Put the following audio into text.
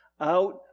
out